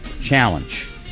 Challenge